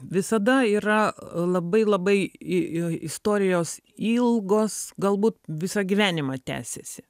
visada yra labai labai i istorijos ilgos galbūt visą gyvenimą tęsiasi